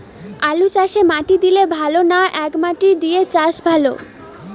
আলুচাষে মাটি দিলে ভালো না একমাটি দিয়ে চাষ ভালো?